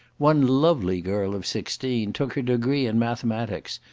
one lovely girl of sixteen took her degree in mathematics,